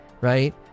Right